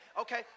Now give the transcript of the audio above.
okay